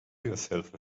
yourself